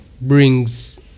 brings